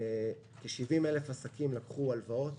כ-70,000 עסקים לקחו הלוואות.